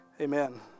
Amen